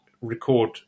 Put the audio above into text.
record